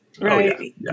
Right